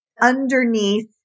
underneath